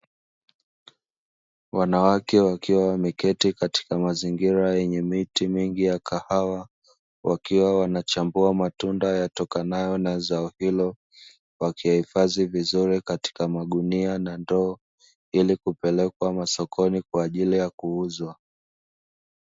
Wanawake wakiwa wameketi katika mazingira yenye miti mingi ya kahawa, wakiwa wanachambua matunda yatokanayo na zao hilo wakihifadhi vizuri katika magunia na ndo ili kupelekwa masokoni kwa ajili ya kuuzwa.